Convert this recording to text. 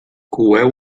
coeu